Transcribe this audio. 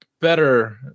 better